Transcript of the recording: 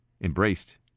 embraced